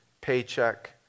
paycheck